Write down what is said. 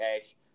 cash